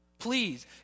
Please